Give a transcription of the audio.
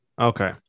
Okay